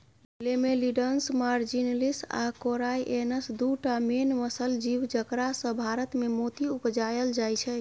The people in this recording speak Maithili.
लेमेलिडन्स मार्जिनलीस आ कोराइएनस दु टा मेन मसल जीब जकरासँ भारतमे मोती उपजाएल जाइ छै